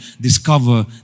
discover